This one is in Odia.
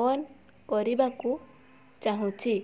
ଅନ୍ କରିବାକୁ ଚାହୁଁଛି